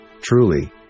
Truly